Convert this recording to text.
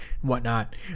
whatnot